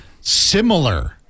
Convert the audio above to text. similar